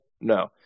No